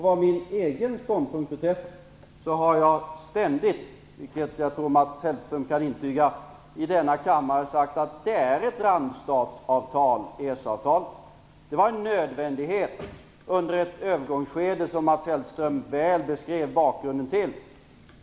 Vad min egen ståndpunkt beträffar har jag ständigt, vilket jag tror att Mats Hellström kan intyga, i denna kammare sagt att EES-avtalet är ett randstatsavtal. Detta var en nödvändighet under ett övergångsskede, som Mats Hellström väl beskrev bakgrunden till.